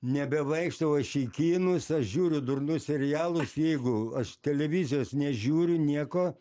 nebevaikštau aš į kinus aš žiūriu durnus serialus jeigu aš televizijos nežiūriu nieko